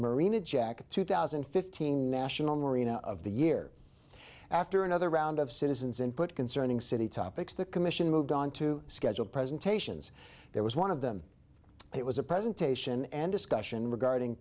marina jack two thousand and fifteen national marine of the year after another round of citizens input concerning city topics the commission moved on to schedule presentations there was one of them it was a presentation and discussion regarding